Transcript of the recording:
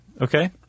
okay